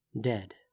dead